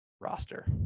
roster